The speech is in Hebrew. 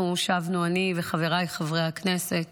אנחנו שבנו, אני וחבריי חברי הכנסת